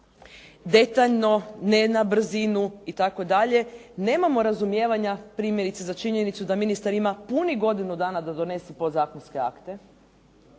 detaljno ne na brzinu itd. nemamo razumijevanja primjerice za činjenicu da ministar ima punih godinu dana da donese podzakonske akte